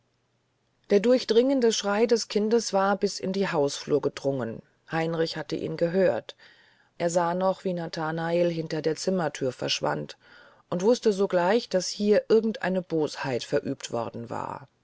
der durchdringende schrei des kindes war bis in die hausflur gedrungen heinrich hatte ihn gehört er sah noch wie nathanael hinter der zimmerthür verschwand und wußte sogleich daß hier irgend eine bosheit verübt worden war